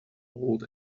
old